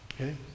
okay